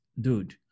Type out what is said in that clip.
dude